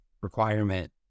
requirement